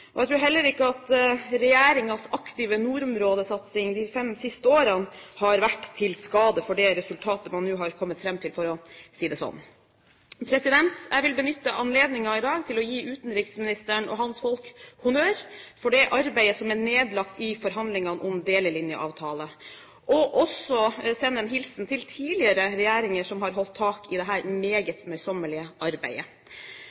Jeg tror heller ikke at regjeringens aktive nordområdesatsing de fem siste årene har vært til skade for det resultatet man nå har kommet fram til – for å si det sånn. Jeg vil benytte anledningen i dag til å gi utenriksministeren og hans folk honnør for det arbeidet som er nedlagt i forhandlingene om delelinjeavtalen, og også sende en hilsen til tidligere regjeringer som har holdt tak i